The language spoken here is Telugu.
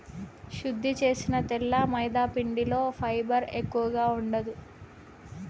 శుద్ది చేసిన తెల్ల మైదాపిండిలో ఫైబర్ ఎక్కువగా ఉండదు